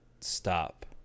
stop